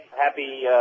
happy